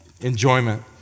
enjoyment